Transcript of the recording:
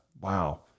Wow